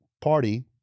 Party